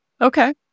Okay